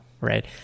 right